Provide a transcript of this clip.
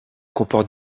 comporte